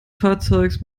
fahrzeugs